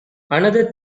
another